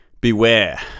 Beware